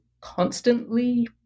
constantly